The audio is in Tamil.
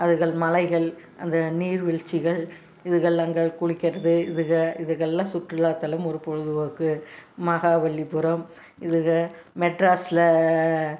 அதுகள் மலைகள் அந்த நீர்வீழ்ச்சிகள் இதுகள் அங்கே குளிக்கிறது இதுக இதுகள்லாம் சுற்றுலா தலம் ஒரு பொழுதுபோக்கு மகாபலிபுரம் இதுகள் மெட்ராஸில்